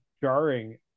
jarring